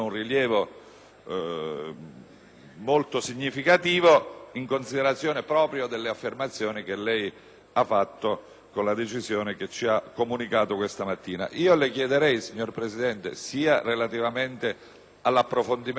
molto significativo proprio in considerazione delle affermazioni che lei ha fatto con la decisione comunicataci questa mattina. Le chiederei, signor Presidente, sia relativamente all'approfondimento delle questioni che lei ha posto